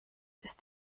ist